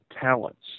talents